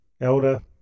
Elder